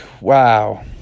wow